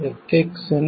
மீண்டும் வருக